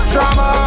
Drama